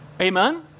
Amen